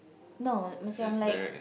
no macam like